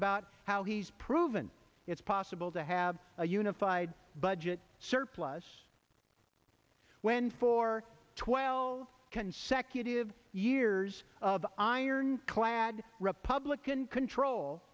about how he's proven it's possible to have a unified budget surplus when for twelve consecutive years of ironclad republican control